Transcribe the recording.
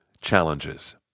challenges